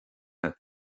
agat